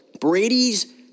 Brady's